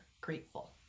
grateful